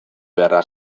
beharra